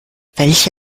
welche